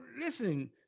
listen